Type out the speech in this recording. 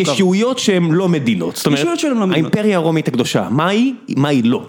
וישויות שהן לא מדינות. ישויות שהן לא מדינות. זאת אומרת, האימפריה הרומית הקדושה- מה היא? מה היא לא?